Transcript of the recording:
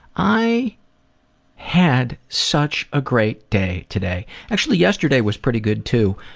i had such a great day today. actually yesterday was pretty good too.